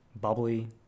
bubbly